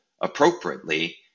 appropriately